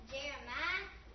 Jeremiah